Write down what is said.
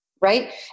right